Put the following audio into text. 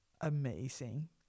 Amazing